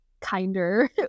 kinder